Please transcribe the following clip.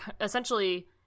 essentially